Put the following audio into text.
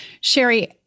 Sherry